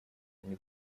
они